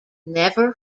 never